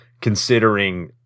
considering